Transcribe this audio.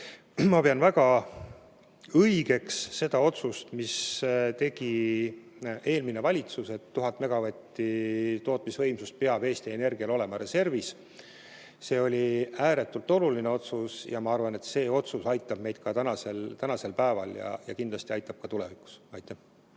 Ma pean väga õigeks seda otsust, mille tegi eelmine valitsus: 1000 megavatti tootmisvõimsust peab Eesti Energial olema reservis. See oli ääretult oluline otsus ja ma arvan, et see otsus aitab meid praegu ja kindlasti aitab ka tulevikus. Suur